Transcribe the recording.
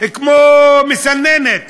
כמו מסננת,